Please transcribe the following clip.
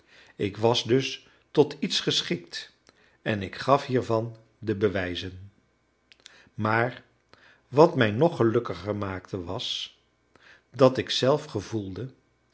ik was dus tot iets geschikt en ik gaf hiervan de bewijzen maar wat mij nog gelukkiger maakte was dat ik zelf gevoelde